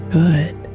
good